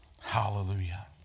Hallelujah